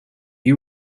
you